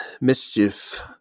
mischief